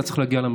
אתה צריך למרכז.